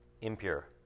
Impure